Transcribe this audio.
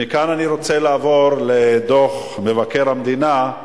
מכאן אני רוצה לעבור לדוח מבקר המדינה,